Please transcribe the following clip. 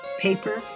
Paper